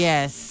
Yes